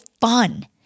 fun